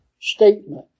statement